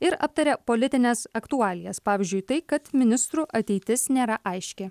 ir aptarė politines aktualijas pavyzdžiui tai kad ministrų ateitis nėra aiški